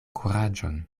kuraĝon